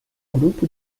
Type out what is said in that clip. grupo